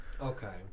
Okay